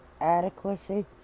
adequacy